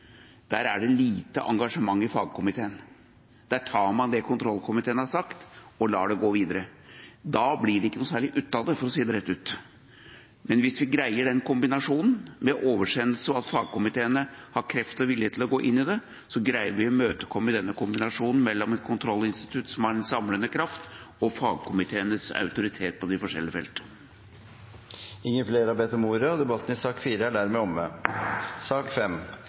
Der tar man det kontroll- og konstitusjonskomiteen har sagt og lar det gå videre. Da kommer det ikke noe særlig ut av det, for å si det rett ut. Men hvis vi greier den kombinasjonen med oversendelse og at fagkomiteene har kraft og vilje til å gå inn i det, så greier vi å imøtekomme denne kombinasjonen mellom et kontrollinstitutt som har en samlende kraft og fagkomiteenes autoritet på de forskjellige feltene. Flere har ikke bedt om ordet til sak nr. 4. Etter ønske fra justiskomiteen vil presidenten foreslå at taletiden blir begrenset til 3 minutter til hver partigruppe og